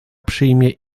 przyjmie